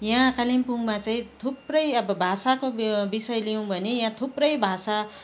यहाँ कालिम्पोङमा चाहिँ थुप्रै अब भाषाको विषय लिउँ भने यहाँ थुप्रै भाषा